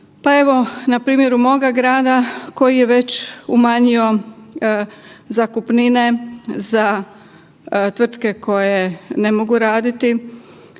Pa evo na primjeru moga grada koji je već umanjio zakupnine za tvrtke koje ne mogu raditi.